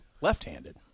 Left-handed